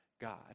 God